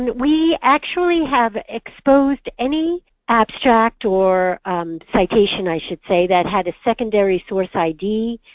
we actually have exposed any abstract or and citation i should say that had a secondary sort of id,